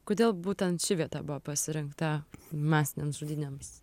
kodėl būtent ši vieta buvo pasirinkta masinėms žudynėms